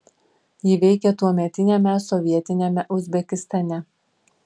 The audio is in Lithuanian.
ji veikė tuometiniame sovietiniame uzbekistane